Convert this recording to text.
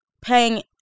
paying